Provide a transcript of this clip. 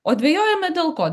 o dvejojame dėl ko